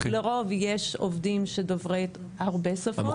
לרוב יש עובדים שדוברים הרבה שפות.